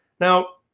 now,